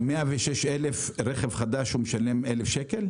ב-106,000 לרכב חדש, הוא משלם 1,000 שקל?